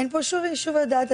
אין פה שום ישוב הדעת.